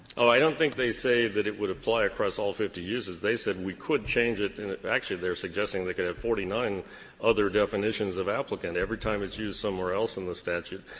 ah i don't think they say that it would apply across all fifty uses. they said we could change it and actually, they're suggesting they could have forty nine other definitions of applicant. every time it's used somewhere else in the statute,